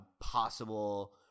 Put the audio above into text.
possible